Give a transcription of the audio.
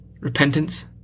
Repentance